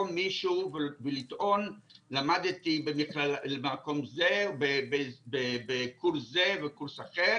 מישהו ולטעון 'למדתי במקום זה בקורס זה או קורס אחר,